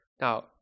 now